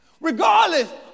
Regardless